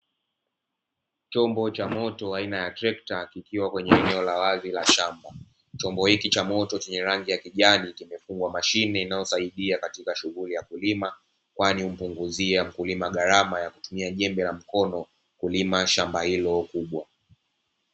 Chombo cha moto aina ya trekta, kikiwa eneo la wazi la shamba, chombo hiki chenye rangi ya bluu kimefungwa mashine inayosaidia kurahisisha shughuli za ukulima na gharama ya kutumia jembe la mkono kulima shamba hilo kubwa.